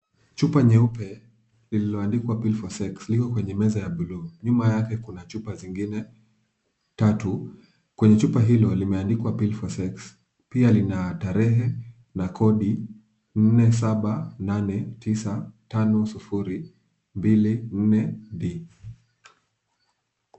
Chupa nyeupe lilioandikwa pill for sex liko kwenye meza ya blue . Nyuma yake kuna chupa zingine tatu. Kwenye chupa hilo limeandikwa pill for sex pia lina tarehe na kodi 478950242.